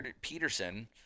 Peterson